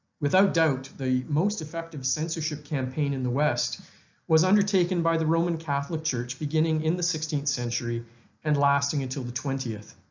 without doubt the most effective censorship campaign in the west was undertaken by the roman catholic church beginning in the sixteenth century and lasting until the twentieth.